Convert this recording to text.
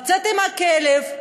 לצאת עם הכלב,